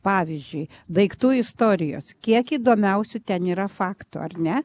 pavyzdžiui daiktų istorijos kiek įdomiausių ten yra faktų ar ne